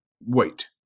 wait